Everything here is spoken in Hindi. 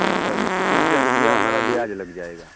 अच्छा बीस पच्चीस हज़ार रुपिया हमारा ब्याज लग जाएगा